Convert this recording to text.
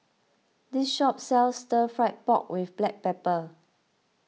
this shop sells Stir Fried Pork with Black Pepper